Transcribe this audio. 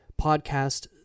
podcast